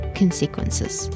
consequences